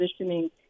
positioning